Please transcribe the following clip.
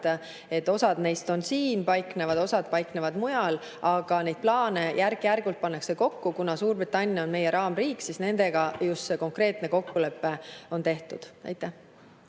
et osa neist paikneb siin, osa paikneb mujal, aga neid plaane järk-järgult pannakse kokku. Kuna Suurbritannia on meie raamriik, siis nendega just see konkreetne kokkulepe on tehtud. Ja